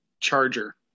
charger